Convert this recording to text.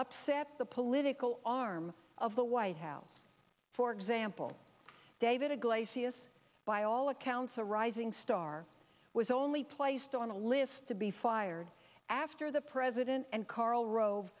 upset the political arm of the white house for example david iglesias by all accounts a rising star was only placed on a list to be fired after the president and karl rove